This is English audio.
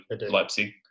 Leipzig